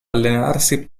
allenarsi